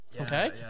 Okay